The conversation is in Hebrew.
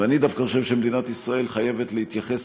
ואני דווקא חושב שמדינת ישראל חייבת להתייחס